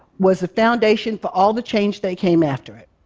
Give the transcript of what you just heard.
was the foundation for all the change that came after it.